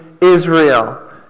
Israel